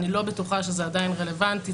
אני לא בטוחה שזה עדיין רלוונטי,